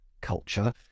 culture